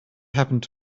happened